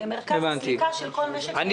למרכז הסליקה של כל משק החשמל,